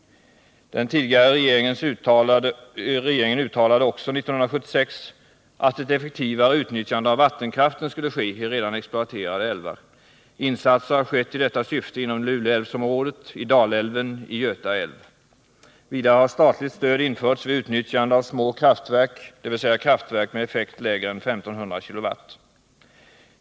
Den tidigare regeringen uttalade också 1976 att ett effektivare utnyttjande av vattenkraften skulle ske i redan exploaterade älvar. Insatser har skett i detta syfte inom Luleälvsområdet, i Dalälven och i Göta älv. Vidare har statligt stöd införts vid utnyttjande av små kraftverk, dvs. kraftverk med effekt lägre än 1 500 kilowatt.